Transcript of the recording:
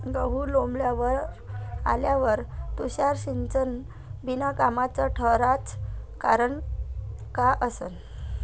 गहू लोम्बावर आल्यावर तुषार सिंचन बिनकामाचं ठराचं कारन का असन?